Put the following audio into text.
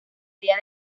idea